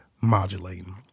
modulating